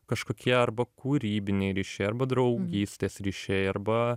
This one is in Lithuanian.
kažkokie arba kūrybiniai ryšiai arba draugystės ryšiai arba